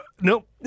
Nope